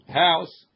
house